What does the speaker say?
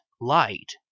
light